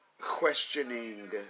questioning